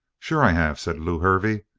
sure i have, said lew hervey.